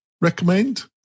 recommend